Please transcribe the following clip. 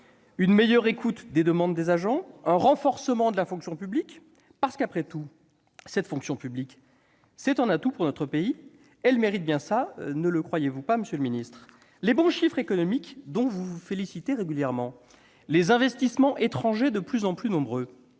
une meilleure écoute des demandes des agents, un renforcement de la fonction publique ? Parce qu'après tout cette fonction publique, qui est un atout pour notre pays, mérite bien cela, ne croyez-vous pas ? Les bons chiffres économiques dont vous vous félicitez régulièrement, les investissements étrangers de plus en plus nombreux,